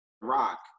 rock